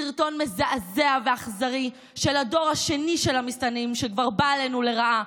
סרטון מזעזע ואכזרי של הדור השני של המסתננים שכבר בא עלינו לרעה,